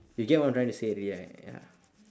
you get what I'm trying to say already right ya